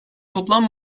toplam